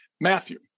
Matthew